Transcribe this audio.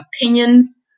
opinions